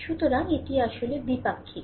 সুতরাং এটি আসলে দ্বিপাক্ষিক